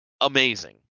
amazing